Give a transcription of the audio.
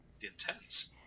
intense